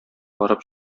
барып